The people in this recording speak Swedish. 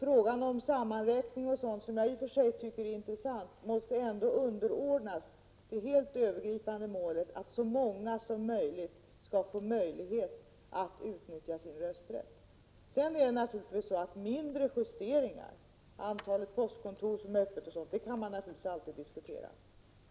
Frågan om sammanräkning tycker jag i och för sig är intressant, men den måste ändå underordnas det helt övergripande målet att så många som möjligt skall få möjlighet att utnyttja sin rösträtt. Mindre justeringar — antalet postkontor som är öppna osv. — kan man naturligtvis alltid diskutera.